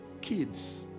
kids